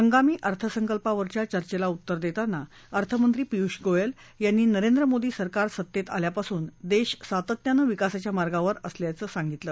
हंगामी अर्थसंकल्पावरच्या चर्चेला उत्तर देताना अर्थमंत्री पियुष गोयल यांनी नरेंद्र मोदी सरकार सत्तेत आल्यापासून देश सातत्यानं विकासाच्या मार्गावर अप्रेसर असल्याचं सांगितलं